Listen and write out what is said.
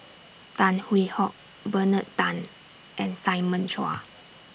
Tan Hwee Hock Bernard Tan and Simon Chua